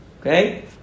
Okay